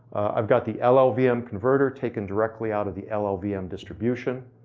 i got the llvm um converter, taken directly out of the llvm um distribution.